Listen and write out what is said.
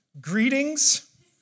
Greetings